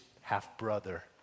half-brother